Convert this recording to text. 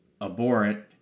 abhorrent